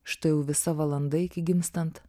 štai jau visa valanda iki gimstant